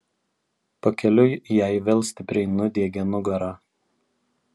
pakeliui jai vėl stipriai nudiegė nugarą